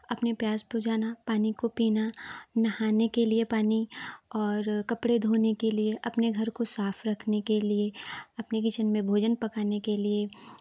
अपनी प्यास बुझाना पानी को पीना नहाने के लिए पानी और कपड़े धोने के लिए अपने घर को साफ रखने के लिए अपने किचन में भोजन पकाने के लिए